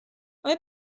آیا